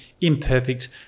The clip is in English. imperfect